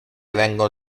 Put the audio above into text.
vengono